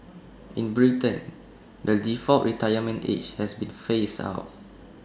in Britain the default retirement age has been phased out